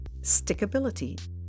Stickability